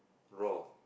raw